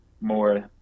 more